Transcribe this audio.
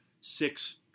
six